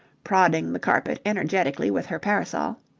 prodding the carpet energetically with her parasol,